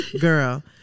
Girl